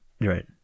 Right